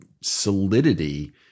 solidity